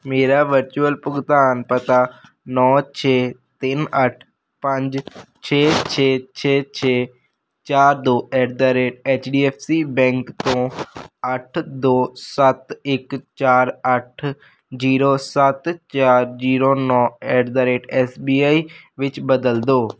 ਮੇਰਾ ਵਰਚੁਅਲ ਭੁਗਤਾਨ ਪਤਾ ਨੌ ਛੇ ਤਿੰਨ ਅੱਠ ਪੰਜ ਛੇ ਛੇ ਛੇ ਛੇ ਚਾਰ ਦੋ at the rate H D F C bank ਤੋਂ ਅੱਠ ਦੋ ਸੱਤ ਇੱਕ ਚਾਰ ਅੱਠ ਜੀਰੋ ਸੱਤ ਚਾਰ ਜੀਰੋ ਨੌ at the rate S B I ਵਿੱਚ ਬਦਲ ਦਿਉ